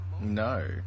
No